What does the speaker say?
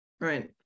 Right